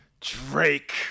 drake